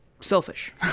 selfish